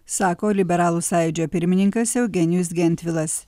sako liberalų sąjūdžio pirmininkas eugenijus gentvilas